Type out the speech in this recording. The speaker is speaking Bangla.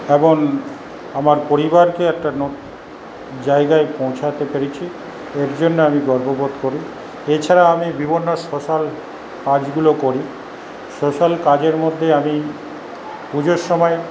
এবং আমার পরিবারকে একটা নতুন জায়গায় পৌঁছাতে পেরেছি এরজন্য আমি গর্ব বোধ করি এছাড়া আমি বিভন্ন সোশ্যাল কাজগুলো করি সোশ্যাল কাজের মধ্যে আমি পুজোর সময়